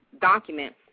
document